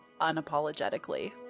unapologetically